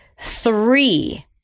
three